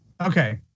Okay